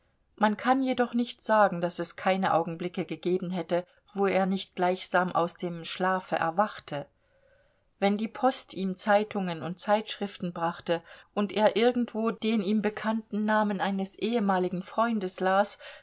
man kann jedoch nicht sagen daß es keine augenblicke gegeben hätte wo er nicht gleichsam aus dem schlafe erwachte wenn die post ihm zeitungen und zeitschriften brachte und er irgendwo den ihm bekannten namen eines ehemaligen freundes las